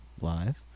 Live